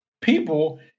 people